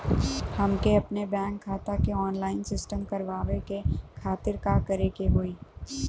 हमके अपने बैंक खाता के ऑनलाइन सिस्टम करवावे के खातिर का करे के होई?